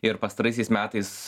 ir pastaraisiais metais